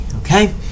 Okay